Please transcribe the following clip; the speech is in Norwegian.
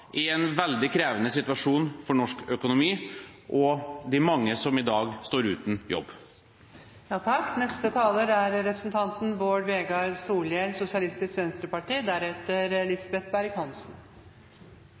i en veldig krevende situasjon for norsk økonomi og de mange som i dag står uten